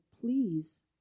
please